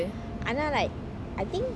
ஆனா:aana like I think